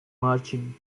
marching